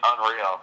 unreal